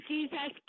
Jesus